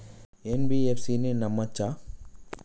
NBFC ని నమ్మచ్చా?